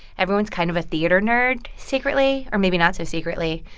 everyone's kind of a theater nerd secretly or maybe not so secretly.